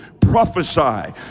prophesy